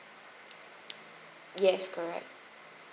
yes correct